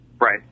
Right